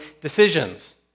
decisions